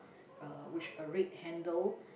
uh which a red handle